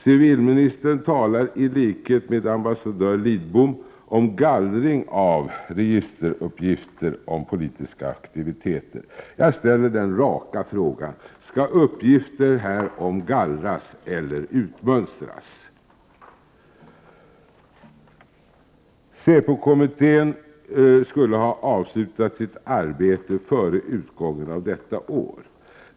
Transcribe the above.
Civilministern talar i likhet med ambassadör Lidbom om gallring av registeruppgifter om politiska aktiviteter. Jag ställer den raka frågan: Skall uppgifter härom gallras eller utmönstras? Säpokommittén skulle ha avslutat sitt arbete före utgången av detta år.